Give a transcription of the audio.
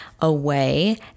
away